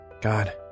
God